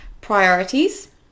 priorities